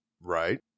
Right